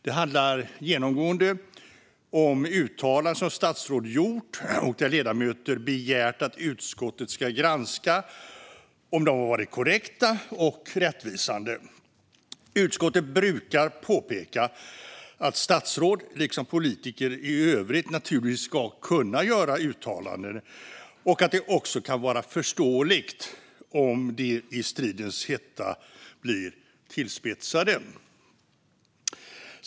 Det handlar genomgående om uttalanden som statsråd gjort och att ledamöter begärt att utskottet ska granska om de har varit korrekta och rättvisande. Utskottet brukar påpeka att statsråd, liksom politiker i övrigt, naturligtvis ska kunna göra uttalanden och att det också kan vara förståeligt om de i stridens hetta blir tillspetsade.